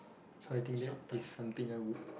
so I think that is something I would